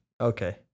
Okay